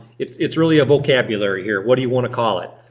it's it's really a vocabulary here. what do you want to call it?